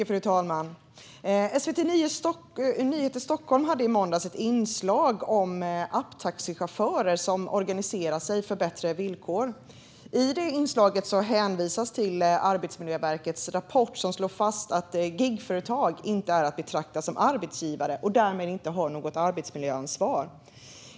Fru talman! SVT Nyheter Stockholm hade i måndags ett inslag om apptaxichaufförer som organiserar sig för bättre villkor. I det inslaget hänvisades det till Arbetsmiljöverkets rapport, där det slås fast att gigföretag inte är att betrakta som arbetsgivare och att de därmed inte har något arbetsmiljöansvar.